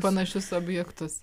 panašius objektus